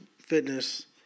fitness